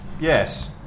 Yes